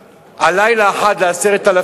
למרות הכול מעלים את מחיר